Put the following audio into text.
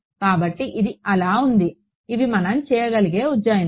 కాబట్టి ఇది అలా ఉంది ఇవి మనం చేయగలిగే ఉజ్జాయింపులు